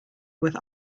with